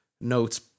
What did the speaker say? notes